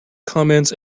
comments